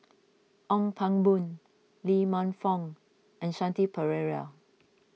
Ong Pang Boon Lee Man Fong and Shanti Pereira